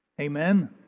Amen